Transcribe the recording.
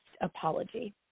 Apology